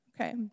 okay